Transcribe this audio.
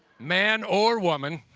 man or woman.